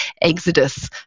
exodus